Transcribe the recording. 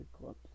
clubs